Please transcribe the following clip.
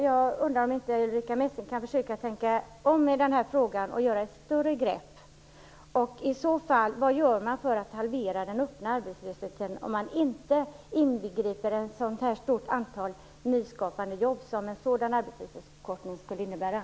Jag undrar om inte Ulrica Messing kan försöka tänka om i den här frågan och ta ett större steg. Vad gör man för att halvera den öppna arbetslösheten om man inte vill ha en arbetstidsförkortning som skulle innebära ett så här stort antal nya jobb?